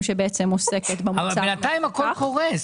שבעצם עוסקת --- אבל בינתיים הכול קורס.